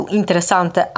interessante